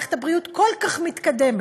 שמערכת הבריאות שלה כל כך מתקדמת,